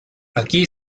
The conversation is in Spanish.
aquí